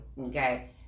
okay